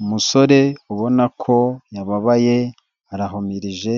Umusore ubona ko yababaye arahumirije